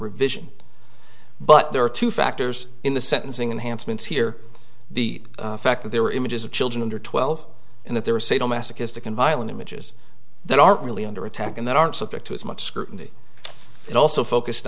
revision but there are two factors in the sentencing and hansen's here the fact that there were images of children under twelve and that there are sadomasochistic in violent images that are really under attack and that aren't subject to as much scrutiny it also focused